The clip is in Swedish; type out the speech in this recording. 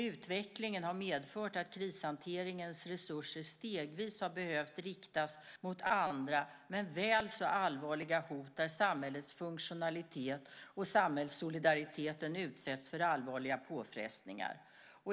Utvecklingen har medfört att krishanteringens resurser stegvis har behövt riktas mot andra men väl så allvarliga hot, där samhällets funktionalitet och samhällssolidariteten utsätts för allvarliga påfrestningar.